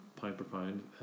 pound-per-pound